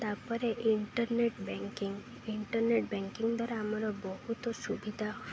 ତାପରେ internet banking internet banking ଦ୍ୱାରା ଆମର ବହୁତ ସୁବିଧା